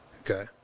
Okay